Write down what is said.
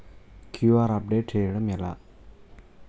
QR update చేయడం ఎలా?